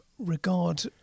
regard